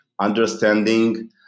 understanding